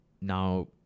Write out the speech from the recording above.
now